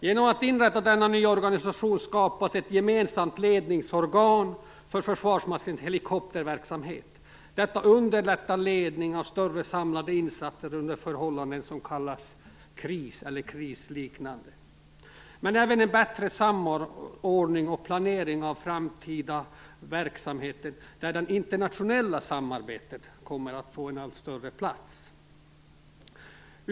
Genom att inrätta denna nya organisation skapas ett gemensamt ledningsorgan för Försvarsmaktens helikopterverksamhet. Detta underlättar ledning av större samlade insatser under förhållanden som kallas kris eller krisliknande. Det blir även en bättre samordning och planering av framtida verksamheter, där det internationella samarbetet kommer att få en allt större plats.